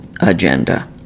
agenda